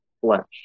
flesh